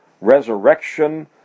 resurrection